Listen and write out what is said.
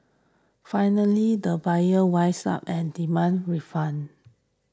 finally the buyer wised up and demanded refund